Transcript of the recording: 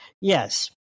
Yes